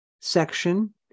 section